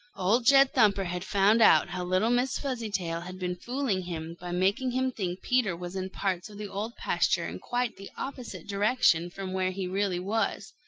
old jed thumper had found out how little miss fuzzytail had been fooling him by making him think peter was in parts of the old pasture in quite the opposite direction from where he really was.